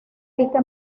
rica